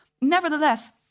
Nevertheless